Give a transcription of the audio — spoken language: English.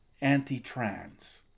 anti-trans